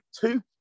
two